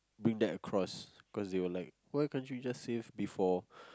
bring that across cause they were like why can't you just save before